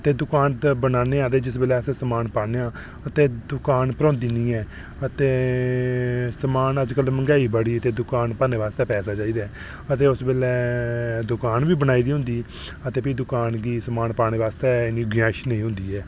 ते दुकान पाने आं ते जिस बेल्लै समान पाने आं ते दुकान भरोंदी निं ऐ ते समान अज्जकल मैहंगाई बड़ी ते समान भरने बास्तै पैसा चाहिदा ऐ ते उस बेल्लै दुकान बी बनाई दी होंदी ते भी दुकान गी समान पाने आस्तै इन्नी गुंजाइश नेईं होंदी ऐ